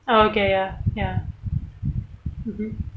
okay ya ya mmhmm